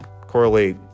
correlate